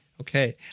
okay